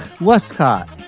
Westcott